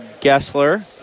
Gessler